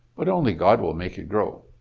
but only god will make it grow.